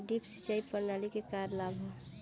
Drip सिंचाई प्रणाली के का लाभ ह?